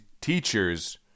teachers